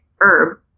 herb